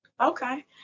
Okay